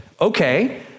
Okay